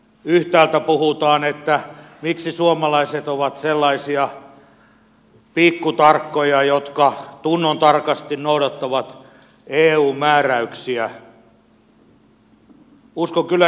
yhtäältä puhutaan että miksi suomalaiset ovat sellaisia pikkutarkkoja jotka tunnontarkasti noudattavat eun määräyksiä